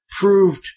proved